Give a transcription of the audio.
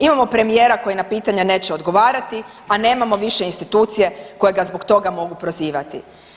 Imamo premijera koje na pitanja neće odgovarati, pa nemamo više institucije koje ga zbog toga mogu prozivati.